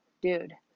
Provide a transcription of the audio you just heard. dude